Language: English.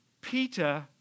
Peter